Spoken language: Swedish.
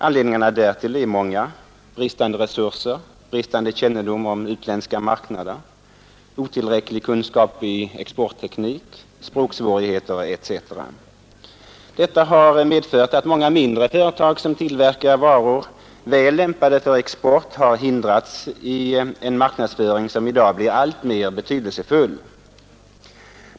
Anledningarna därtill är många: bristande resurser, bristande kännedom om utländska marknader, otillräcklig kunskap i exportteknik, språksvårigheter etc. Detta har medfört att många mindre företag, som tillverkar varor väl lämpade för export, har hindrats i en marknadsföring som i dag blir alltmer betydelsefull.